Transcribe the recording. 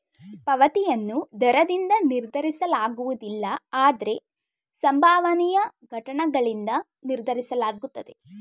ಪಾವತಿಯನ್ನು ದರದಿಂದ ನಿರ್ಧರಿಸಲಾಗುವುದಿಲ್ಲ ಆದ್ರೆ ಸಂಭವನೀಯ ಘಟನ್ಗಳಿಂದ ನಿರ್ಧರಿಸಲಾಗುತ್ತೆ